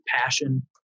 passion